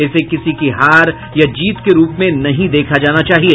इसे किसी की हार या जीत के रूप में नहीं देखा जाना चाहिये